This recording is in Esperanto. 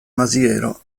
maziero